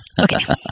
Okay